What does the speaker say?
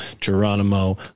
geronimo